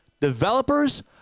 developers